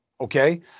okay